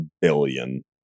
billion